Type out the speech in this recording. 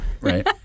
right